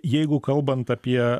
jeigu kalbant apie